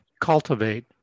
cultivate